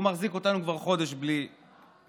והוא מחזיק אותנו כבר חודש בלי ועדות.